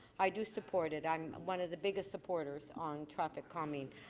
i do support it. i'm one of the biggest supporters on traffic calming.